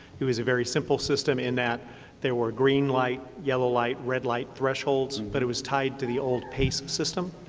it was a very simple system in that there were green light, yellow light, red light thresholds, but it was tied to the old pace system,